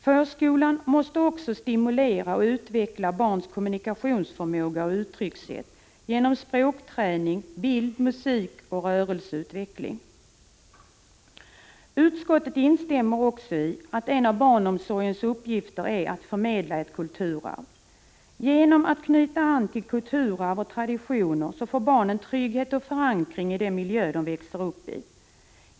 Förskolan måste också stimulera och utveckla barnens kommunikationsförmåga och uttryckssätt genom språkträning, bild, musik och rörelseutveckling. Utskottet instämmer också i att en av barnomsorgens uppgifter är att förmedla ett kulturarv. Genom att knyta an till kulturarv och traditioner får barnen trygghet och förankring i den miljö de växer upp i.